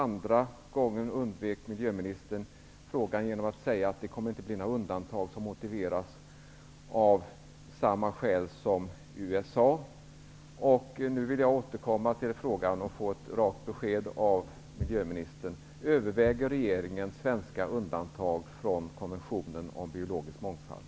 Andra gången undvek miljöministern frågan genom att säga att det inte kommer att bli några undantag som motiveras av samma skäl som man hade anfört i USA. Nu vill jag återkomma till frågan för att få ett rakt besked av miljöministern. Överväger regeringen svenska undantag från konventionen om biologisk mångfald?